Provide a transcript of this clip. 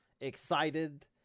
excited